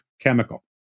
chemical